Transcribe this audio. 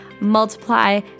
multiply